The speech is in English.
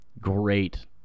great